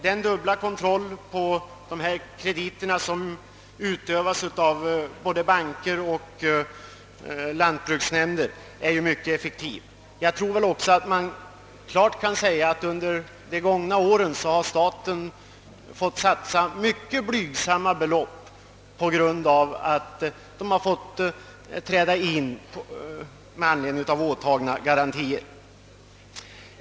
Den dubbla kontroll över dessa krediter som utövas av banker och lantbruksnämnder är mycket effektiv. Under de gångna åren har staten behövt satsa mycket blygsamma belopp genom inträde med anledning av åtagna garantier.